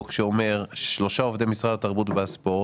שאומר שלושה עובדי משרד התרבות והספורט,